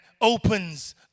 opens